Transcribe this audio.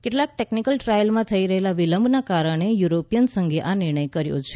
કેટલાંક ક્લીનીકલ ટ્રાયલમાં થઈ રહેલા વિલંબના કારણે યુરોપીયન સંધે આ નિર્ણય કર્યો છે